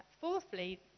Fourthly